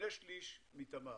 ושני-שלישים מתמר.